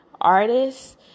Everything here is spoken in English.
artists